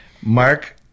Mark